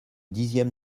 dixième